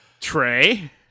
Trey